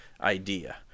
idea